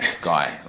guy